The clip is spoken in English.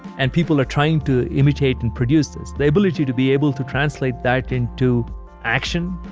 and people are trying to imitate and produce this. the ability to be able to translate that into action,